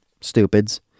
stupids